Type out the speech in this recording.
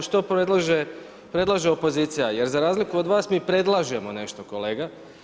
Ako što predlaže opozicija, jer za razliku od vas mi predlažemo nešto kolega.